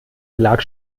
belag